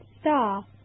Star